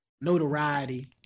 notoriety